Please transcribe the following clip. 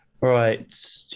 right